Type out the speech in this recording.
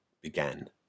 began